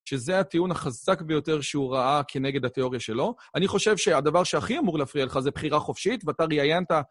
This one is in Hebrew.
שזה הטיעון החזק ביותר שהוא ראה כנגד התיאוריה שלו. אני חושב שהדבר שהכי אמור לפריע לך זה בחירה חופשית, ואתה ראיינת...